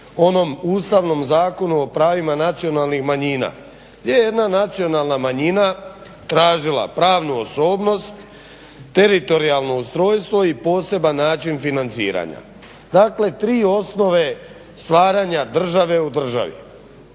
onom Ustavnom zakonu o pravima nacionalnih manjina, gdje jedna nacionalna manjina tražila pravnu osobnost, teritorijalno ustrojstvo i poseban način financiranja dakle tri osnove stvaranja države u državi.